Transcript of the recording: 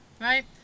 right